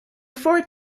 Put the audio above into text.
four